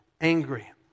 angry